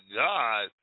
god